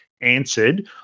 answered